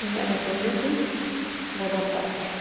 ᱤᱧᱟᱹᱜ ᱢᱤᱴᱟᱨ ᱜᱮ ᱛᱤᱧ ᱵᱚᱫᱚᱞ ᱠᱟᱜ ᱯᱮ